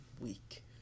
week